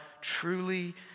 truly